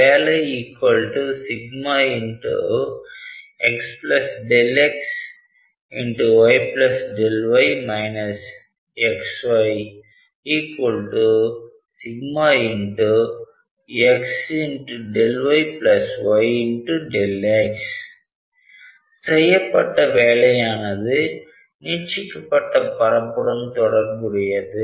வேலை xΔx yΔy xy σ xΔy yΔx செய்யப்பட்ட வேலையானது நீட்சிக்கப்பட்ட பரப்புடன் தொடர்புடையது